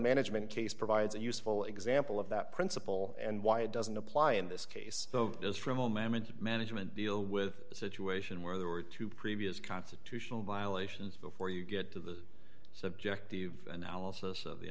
management case provides a useful example of that principle and why it doesn't apply in this case though is for a moment management deal with a situation where there were two previous constitutional violations before you get to the subjective analysis of the